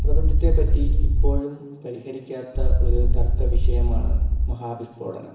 പ്രപഞ്ചത്തെപ്പറ്റി ഇപ്പോഴും പരിഹരിക്കാത്ത ഒരു തർക്ക വിഷയമാണ് മഹാവിസ്ഫോടനം